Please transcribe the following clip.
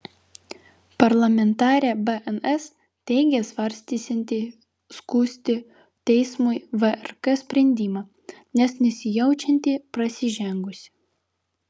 parlamentarė bns teigė svarstysianti skųsti teismui vrk sprendimą nes nesijaučianti prasižengusi